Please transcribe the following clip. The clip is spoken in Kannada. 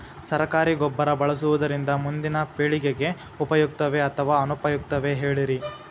ಸರಕಾರಿ ಗೊಬ್ಬರ ಬಳಸುವುದರಿಂದ ಮುಂದಿನ ಪೇಳಿಗೆಗೆ ಉಪಯುಕ್ತವೇ ಅಥವಾ ಅನುಪಯುಕ್ತವೇ ಹೇಳಿರಿ